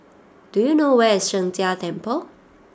do you know where is Sheng Jia Temple